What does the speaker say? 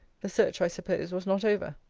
the search, i suppose, was not over.